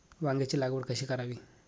वांग्यांची लागवड कशी करावी?